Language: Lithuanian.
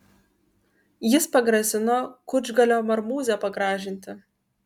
jis pagrasino kučgalio marmūzę pagražinti